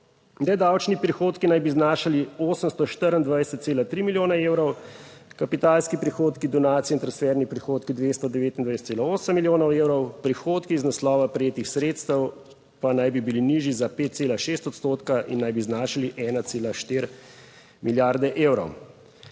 Nedavčni prihodki naj bi znašali 824,3 milijona evrov, kapitalski prihodki, donacije in transferni prihodki, **14. TRAK: (NB) - 10.05** (Nadaljevanje) 229,8 milijonov evrov prihodki iz naslova prejetih sredstev. Pa naj bi bili nižji za 5,6 odstotka in naj bi znašali 1,4 milijarde evrov.